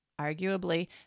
arguably